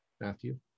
Matthew